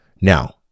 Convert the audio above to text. Now